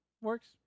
works